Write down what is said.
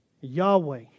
Yahweh